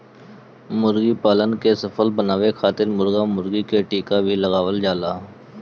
मुर्गीपालन के सफल बनावे खातिर मुर्गा मुर्गी के टीका भी लगावल जाला